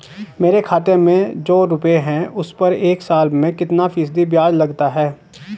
मेरे खाते में जो रुपये हैं उस पर एक साल में कितना फ़ीसदी ब्याज लगता है?